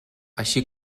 així